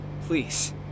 Please